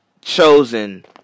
chosen